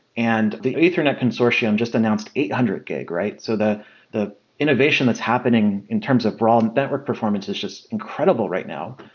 and the ethernet consortium just announced eight hundred gig. so the the innovation that's happening in terms of broad network performance is just incredible right now.